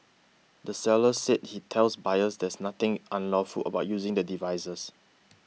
the seller said he tells buyers there's nothing unlawful about using the devices